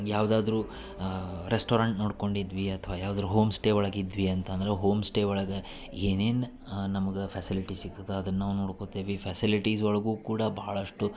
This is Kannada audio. ಯಾವ್ದಾದರೂ ರೆಸ್ಟೋರೆಂಟ್ ನೋಡ್ಕೊಂಡು ಇದ್ವಿ ಅಥವಾ ಯಾವ್ದಾರು ಹೋಮ್ಸ್ಟೇ ಒಳಗೆ ಇದ್ವಿ ಅಂತಂದರೆ ಹೋಮ್ಸ್ಟೇ ಒಳಗೆ ಏನೇನು ನಮ್ಗ ಫೆಸಿಲಿಟಿ ಸಿಕ್ತದ ಅದನ್ನ ನಾವು ನೋಡ್ಕೊತೆವಿ ಫೆಸಿಲಿಟೀಸ್ ಒಳಗು ಕೂಡ ಭಾಳಷ್ಟು